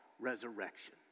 resurrection